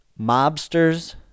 mobsters